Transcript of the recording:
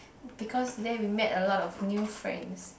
because there we met a lot of new friends